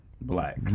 Black